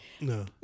No